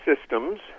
systems